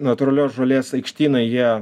natūralios žolės aikštynai jie